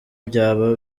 byaba